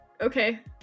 okay